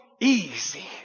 easy